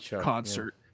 concert